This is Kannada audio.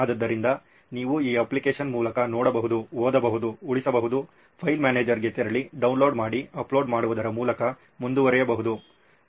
ಆದ್ದರಿಂದ ನೀವು ಈ ಅಪ್ಲಿಕೇಶನ್ ಮೂಲಕ ನೋಡಬಹುದು ಓದಬಹುದು ಉಳಿಸಬಹುದು ಫೈಲ್ ಮ್ಯಾನೇಜರ್ಗೆ ತೆರಳಿ ಡೌನ್ಲೋಡ್ ಮಾಡಿ ಅಪ್ಲೋಡ್ ಮಾಡುವುದರ ಮೂಲಕ ಮುಂದುವರೆಯಬಹುದು